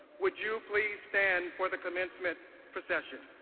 would you please stand for the commencement procession?